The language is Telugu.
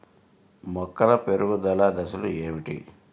మొక్కల పెరుగుదల దశలు ఏమిటి?